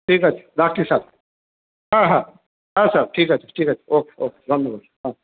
ঠিক আছে রাখছি স্যার হ্যাঁ হ্যাঁ হ্যাঁ স্যার ঠিক আছে ঠিক আছে ওকে ওকে ধন্যবাদ হ্যাঁ